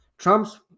Trump's